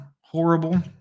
horrible